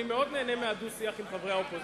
אני מאוד נהנה מהדו-שיח עם חברי האופוזיציה.